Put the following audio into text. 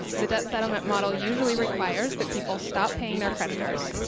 the debt settlement model usually requires that people stop paying their creditors.